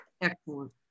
excellent